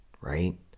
right